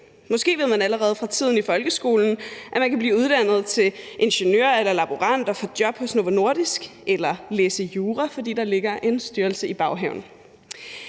Måske ved man allerede fra tiden i folkeskolen, at man kan blive uddannet til ingeniør eller laborant og få job hos Novo Nordisk eller læse jura, fordi der ligger en styrelse i baghaven.